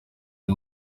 uri